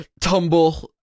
tumble